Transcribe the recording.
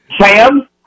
Sam